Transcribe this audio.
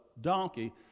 donkey